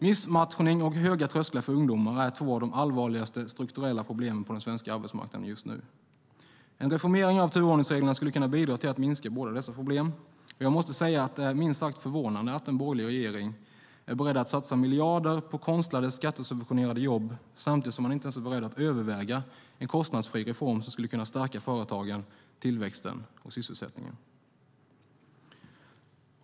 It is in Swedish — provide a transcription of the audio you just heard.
Missmatchning och höga trösklar för ungdomar är två av de allvarligaste strukturella problemen på den svenska arbetsmarknaden just nu. En reformering av turordningsreglerna skulle kunna bidra till att minska båda dessa problem, och jag måste säga att det är minst sagt förvånande att en borgerlig regering är beredd att satsa miljarder på konstlade skattesubventionerade jobb samtidigt som man inte ens är beredd att överväga en kostnadsfri reform som skulle kunna stärka företagen, tillväxten och sysselsättningen.